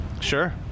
Sure